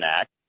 Act